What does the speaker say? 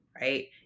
right